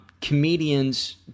Comedians